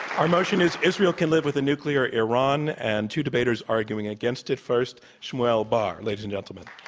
our motion is israel can live with a nuclear iran. and two debaters arguing against it first, shmuel bar, ladies and gentlemen.